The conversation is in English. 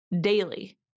daily